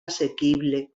assequible